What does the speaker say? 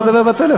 לא לדבר בטלפון.